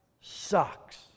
sucks